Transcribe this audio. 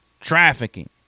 trafficking